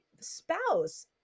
spouse